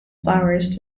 flowers